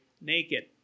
naked